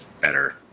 better